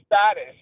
status